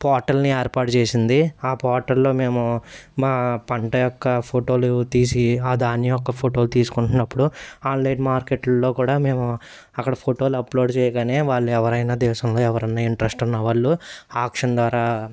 పోర్టల్ని ఏర్పాటు చేసింది ఆ పోర్టల్లో మేము మా పంట యొక్క ఫోటోలు తీసి ఆ ధాన్యం యొక్క ఫోటో తీసుకుంటున్నప్పుడు ఆన్లైన్ మార్కెట్లో కూడా మేము అక్కడ ఫోటోలు అప్లోడ్ చేయగానే వాళ్ళు ఎవరైనా దేశంలో ఎవరైనా ఇంట్రెస్ట్ ఉన్నవాళ్లు ఆక్షన్ ద్వారా